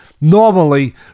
normally